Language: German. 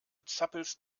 zappelst